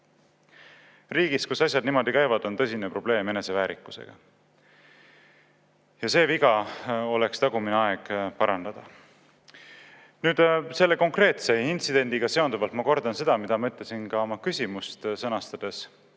Riigis, kus asjad niimoodi käivad, on tõsine probleem eneseväärikusega ja seda viga oleks tagumine aeg parandada. Selle konkreetse intsidendiga seonduvalt ma kordan seda, mida ma ütlesin ka siseministri